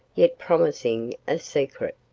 yet promising a secret.